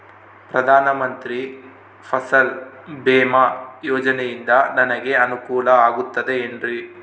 ಪ್ರಧಾನ ಮಂತ್ರಿ ಫಸಲ್ ಭೇಮಾ ಯೋಜನೆಯಿಂದ ನನಗೆ ಅನುಕೂಲ ಆಗುತ್ತದೆ ಎನ್ರಿ?